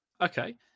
Okay